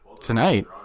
Tonight